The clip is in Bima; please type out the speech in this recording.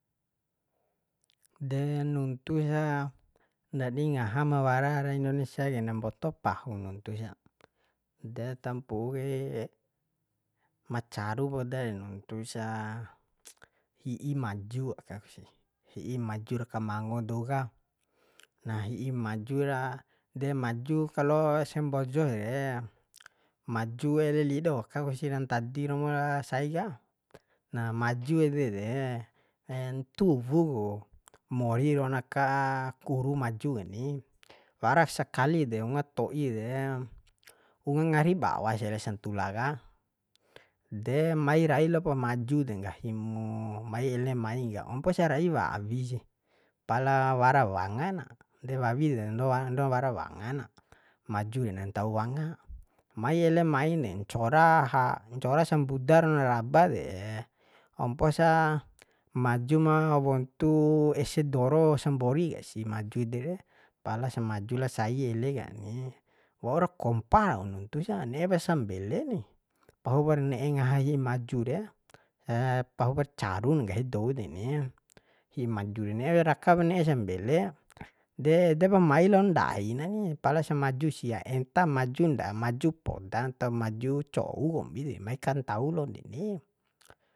De nuntu sa ndadi ngaham ma wara ara indonesia ke na mboto pahun nuntusa de tampu'u kaie ma caru podae nuntu sa hi'i maju akak si hi'i maju ra kamango dou ka na hi'i maju ra de maju kalo se mbojo re maju ele lido aka kusi rantadi romo ra sai ka nah maju ede de ntuwu ku moriron aka kuru maju kani warak sakali ede unga to'i de unga ngari bawa sih ele santula ka de mai rai lopo maju de nggahi mu mai ele mai ka omposa rai wawi sih pala wara wanga na de wawi de ondo wa ondo wara wanga na maju ke nantau wanga mai ele main de ncora ncora sambuda ron raba de omposa maju ma wontu ese doro sambori kesi maju ede re palas maju la sai ele kani waura kompa rau nuntu sa ne'epa sambele ni pahupar ne'e ngaha hi'i maju re pahupar caru nggahi dou deni hi'i maju re ne'e rakap ne'e sambele de edepa mai lon ndai nae palasa maju sia enta maju nda maju podan tau maju cou kombi de mai kantau lon deni